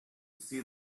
see